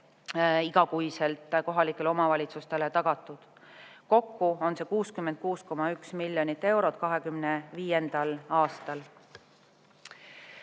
igakuiselt kohalikele omavalitsustele tagatud. Kokku on see 66,1 miljonit eurot 2025. aastal."Kas